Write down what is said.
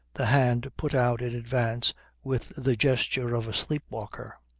the hand put out in advance with the gesture of a sleep-walker.